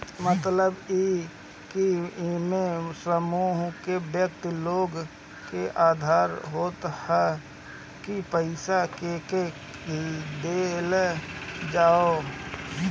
मतलब इ की एमे समूह के व्यक्ति लोग के अधिकार होत ह की पईसा केके देवल जाओ